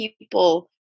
people